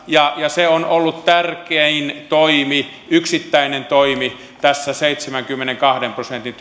ja se on ollut tärkein yksittäinen toimi tässä seitsemänkymmenenkahden prosentin